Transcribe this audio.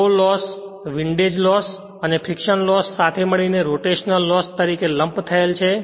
core loss windage અને friction લોસસાથે મળીને રોટેશનલ લોસ તરીકે લમ્પ્ડ થયેલ છે